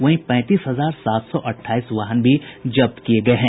वहीं पैंतीस हजार सात सौ अठाईस वाहन भी जब्त किये गये हैं